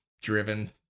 driven